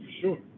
sure